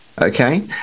Okay